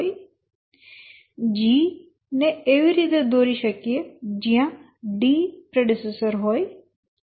G ને એવી રીતે દોરી શકીએ જયાં D પ્રેડેસેસર હોય